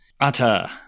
utter